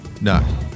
No